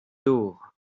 dor